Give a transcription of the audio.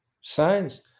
science